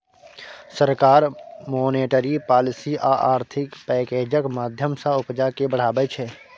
सरकार monetary policy आ आर्थिक पैकैजक माध्यमँ सँ उपजा केँ बढ़ाबै छै